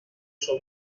شما